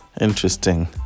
Interesting